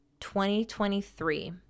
2023